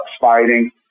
fighting